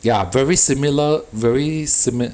ya very similar very simi~